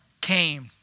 came